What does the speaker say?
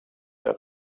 der